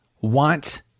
want